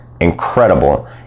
incredible